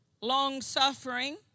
long-suffering